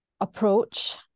approach